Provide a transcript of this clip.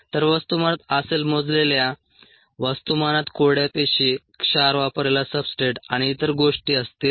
तर वस्तुमानात असेल मोजलेल्या वस्तुमानात कोरड्या पेशी क्षार वापरलेला सब्सट्रेट आणि इतर गोष्टी असतील